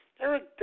Eric